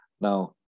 Now